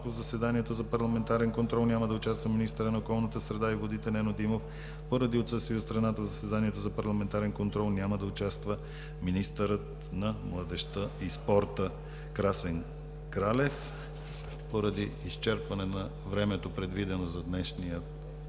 в заседанието за парламентарен контрол няма да участва министърът на околната среда и водите Нено Димов. Поради отсъствие от страната в заседанието за парламентарен контрол няма да участва министърът на младежта и спорта Красен Кралев. Поради изчерпване на времето, предвидено за днешния